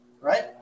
Right